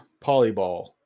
Polyball